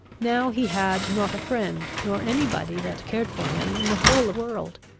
now he had not a friend, nor any body that cared for him, in the whole world.